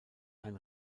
ein